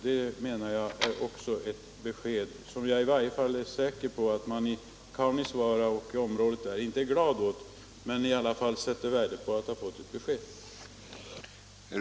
Det är naturligtvis ett besked som invånarna i Kaunisvaara och områdena däromkring inte är glada åt, men jag är säker på att de värdesätter att de nu ändå har fått ett ordentligt besked.